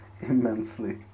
immensely